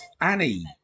Annie